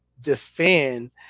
defend